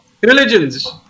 Religions